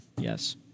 yes